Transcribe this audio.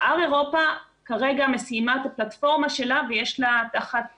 שאר אירופה כרגע סיימה את הפלטפורמה שלה ויש לה תחת